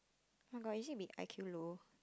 oh-my-god is it we i_q low